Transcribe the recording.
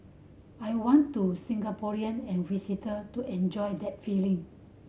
I want to Singaporean and visitor to enjoy that feeling